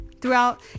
throughout